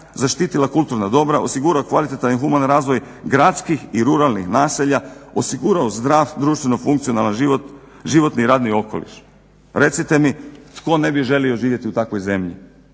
zaštitila kulturna dobra, osigurao kvalitetan i human razvoj gradskih i ruralnih naselja, osigurao zdrav, društveno funkcionalan život, životni i radni okoliš. Recite mi tko ne bi želio živjeti u takvoj zemlji?